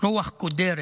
רוח קודרת